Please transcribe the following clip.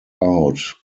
out